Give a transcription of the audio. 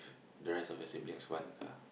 the rest of your siblings one car